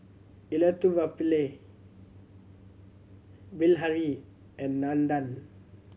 Elattuvalapil Bilahari and Nandan